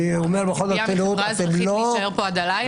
אני אומר בכל הכנות ----- מכרז והוא החליט להישאר פה עד הלילה?